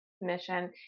mission